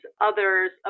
others